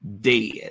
dead